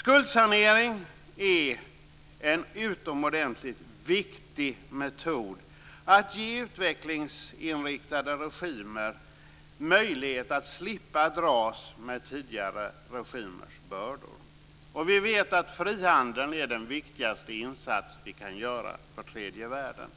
Skuldsanering är en utomordentligt viktig metod att ge utvecklingsinriktade regimer möjlighet att slippa dras med tidigare regimers bördor. Vi vet att frihandeln är den viktigaste insats vi kan göra för tredje världen.